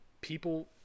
people